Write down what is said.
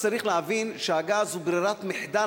צריך להבין שהגז הוא ברירת מחדל,